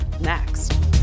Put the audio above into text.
next